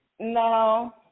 No